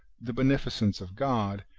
the beneficence of god,